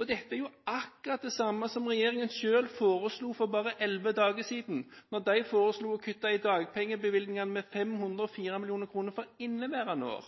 Og dette er jo akkurat det samme som regjeringen selv foreslo for bare elleve dager siden, da den foreslo å kutte i dagpengebevilgningene med 504 mill. kr for inneværende år.